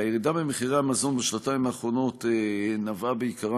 הירידה במחירי המזון בשנתיים האחרונות נבעה בעיקרה